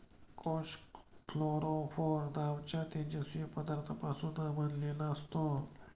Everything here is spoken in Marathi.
कोष फ्लोरोफोर नावाच्या तेजस्वी पदार्थापासून बनलेला असतो